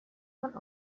von